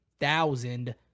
thousand